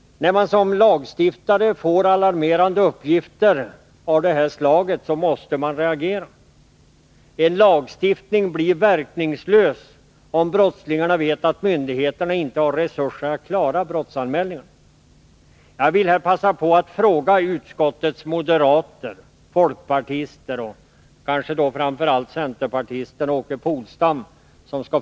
När man såsom lagstiftare får alarmerande uppgifter av det här slaget, måste man reagera. En lagstiftning blir verkningslös, om brottslingarna vet att myndigheterna inte har resurser att klara brottsanmälningarna. efterlevas?